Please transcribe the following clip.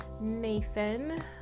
Nathan